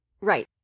Right